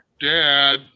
Dad